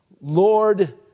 Lord